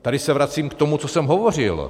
Tady se vracím k tomu, co jsem hovořil.